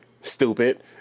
Stupid